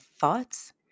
thoughts